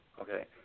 okay